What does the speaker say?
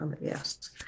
Yes